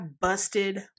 busted